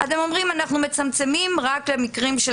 הם אומרים אנחנו מצמצמים רק למקרים של